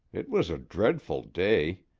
it was a dreadful day.